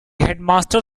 headmaster